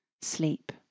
Sleep